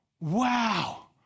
wow